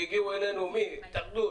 התאחדות